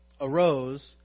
arose